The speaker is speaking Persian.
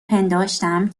پنداشتم